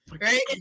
right